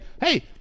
hey